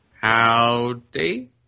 Howdy